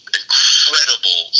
incredible